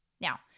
Now